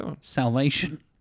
Salvation